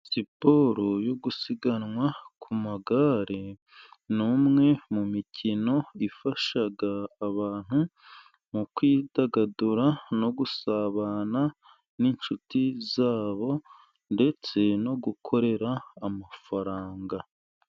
Siporo yo gusiganwa ku magare, ni imwe mu mikino ifasha abantu mu kwidagadura no gusabana n'inshuti zabo. Ndetse no gukorera amafaranga.